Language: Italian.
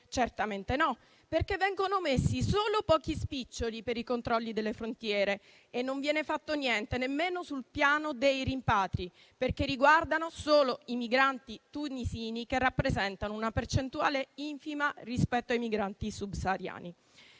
Certamente no, perché vengono messi solo pochi spiccioli per i controlli delle frontiere e non viene fatto niente nemmeno sul piano dei rimpatri, perché riguardano solo i migranti tunisini che rappresentano una percentuale infima rispetto ai migranti subsahariani.